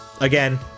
again